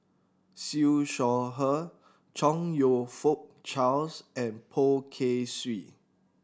Siew Shaw Her Chong You Fook Charles and Poh Kay Swee